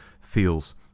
feels